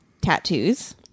tattoos